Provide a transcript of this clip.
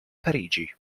parigi